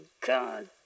god